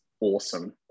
awesome